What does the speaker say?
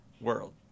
world